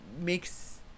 makes